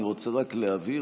אני רוצה רק להבהיר.